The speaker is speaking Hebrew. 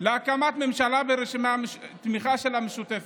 להקמת ממשלה בתמיכה של המשותפת.